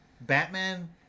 Batman